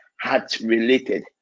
heart-related